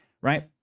right